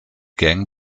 gang